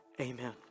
amen